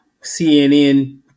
CNN